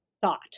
thought